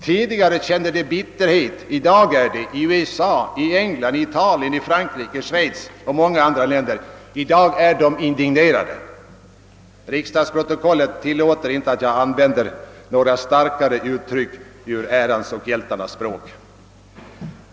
Tidigare kände de bitterhet, i dag är de — i USA, i England, i Italien, i Frankrike, i Schweiz och i många andra länder — indignerade; riksdagsprotokollet tillåter inte att jag använder starkare uttryck ur ärans och hjältarnas språk.